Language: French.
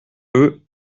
eux